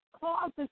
causes